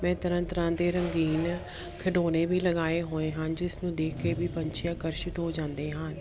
ਮੈਂ ਤਰ੍ਹਾਂ ਤਰ੍ਹਾਂ ਦੇ ਰੰਗੀਨ ਖਿਡੌਣੇ ਵੀ ਲਗਾਏ ਹੋਏ ਹਨ ਜਿਸ ਨੂੰ ਦੇਖ ਕੇ ਵੀ ਪੰਛੀ ਆਕਰਸ਼ਿਤ ਹੋ ਜਾਂਦੇ ਹਨ